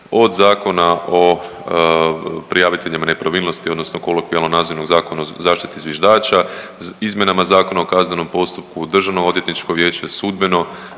od Zakona o prijaviteljima nepravilnosti odnosno kolokvijalno nazvanim zakonom o zaštiti zviždača, izmjenama Zakona o kaznenom postupku, Državno odvjetničko vijeće, sudbeno